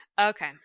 okay